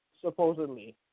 supposedly